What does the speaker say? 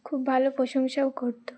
খুব ভালো প্রশংসাও করত